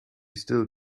still